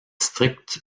stricte